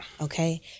Okay